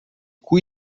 cui